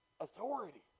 authority